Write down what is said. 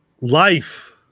life